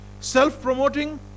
Self-promoting